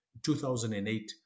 2008